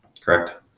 Correct